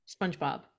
SpongeBob